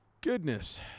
goodness